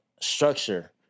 structure